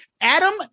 Adam